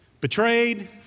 betrayed